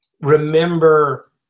remember